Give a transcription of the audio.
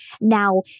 Now